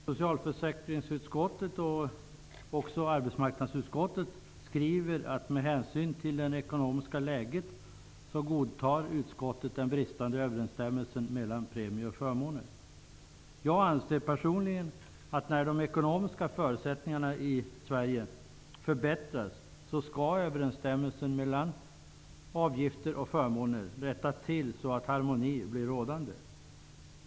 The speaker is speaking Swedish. Socialförsäkringsutskottet och arbetsmarknadsutskottet skriver att man, med hänsyn till det ekonomiska läget, godtar den bristande överenstämmelsen mellan premier och förmåner. Jag anser att överensstämmelsen mellan avgifter och förmåner, när de ekonomiska förutsättningarna i Sverige förbättras, skall rättas till så att harmoni blir rådande.